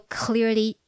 clearly